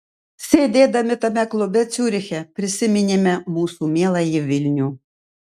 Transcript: sėdėdami tame klube ciuriche prisiminėme mūsų mieląjį vilnių